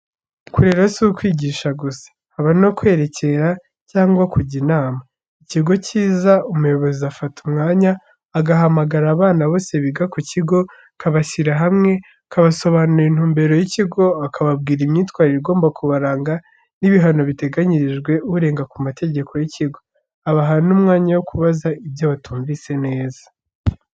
Kurera si ukwigisha gusa, haba no kwerekera cyangwa kujya inama. Ikigo cyiza, umuyobozi afata umwanya, agahamagara abana bose biga ku kigo, akabashyira hamwe, akabasobanurira intumbero y'ikigo, akababwira imyitwarire igomba kubaranga, n'ibihano biteganyirijwe urenga ku mategeko y'ikigo. Abaha n'umwanya wo kubaza ibyo batumvise neza.